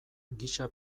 gisa